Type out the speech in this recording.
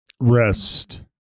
Rest